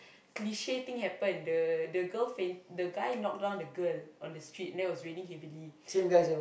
cliche thing happen the the girl faint the guy knock down the girl on the street then it was raining heavily